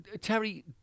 terry